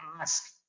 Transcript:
ask